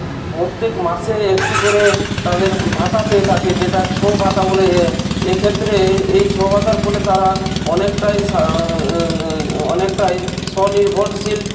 প্রত্যেক মাসে একটি করে তাদের ভাতা পেয়ে থাকে যেটা ছৌ ভাতা বলে এ এক্ষেত্রে এই ছৌ ভাতার ফলে তারা অনেকটাই সা অনেকটাই স্বনির্ভরশীল